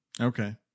Okay